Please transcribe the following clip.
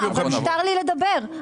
מותר לי לדבר.